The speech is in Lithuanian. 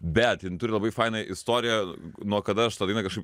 bet jin turi labai fainą istoriją nuo kada aš tą dainą kažkaip